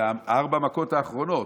זה שלוש המכות האחרונות,